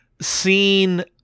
seen